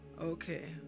Okay